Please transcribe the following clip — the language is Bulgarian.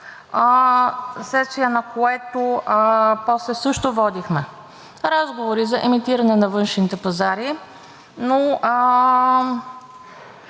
вследствие на което после също водихме разговори за емитиране на външните пазари, но